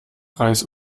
reis